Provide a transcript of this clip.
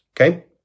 okay